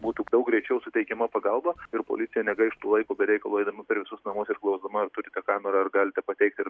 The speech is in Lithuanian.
būtų daug greičiau suteikiama pagalba ir policija negaištų laiko be reikalo eidama per visus namus ir klausdama ar turite kamerą ar galite pateikti ir